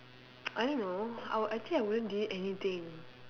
I don't know I will I think I wouldn't delete anything